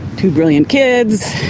two brilliant kids,